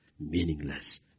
meaningless